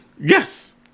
Yes